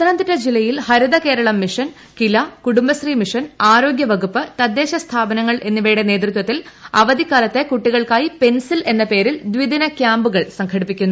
pencil intro Harithakeralam mission Kila Kudumbashree mission ആരോഗ്യ വകുപ്പ് തദ്ദേശ സ്ഥാപനങ്ങൾ എന്നിവയുടെ നേതൃത്വത്തിൽ അവധിക്കാലത്ത് കുട്ടികൾക്കായി പെൻസിൽ എന്ന പേരിൽ ദിദിന കൃാമ്പുകൾ സംഘടിപ്പിക്കുന്നു